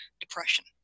depression